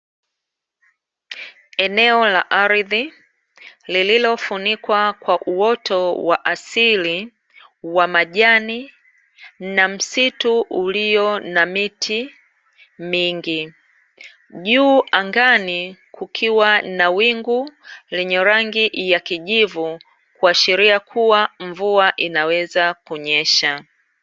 Eneo la ardhi lililofunikwa kwa uoto wa asili wa majani na msitu ulio na miti mingi, juu angani kukiwa na wingu lenye rangi ya kijivu kuashiria kuwa mvua inaweza kunyesha.